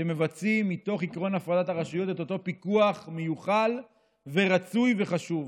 שמבצעים מתוך עקרון הפרדת הרשויות את אותו פיקוח מיוחל ורצוי וחשוב.